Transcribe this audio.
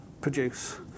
produce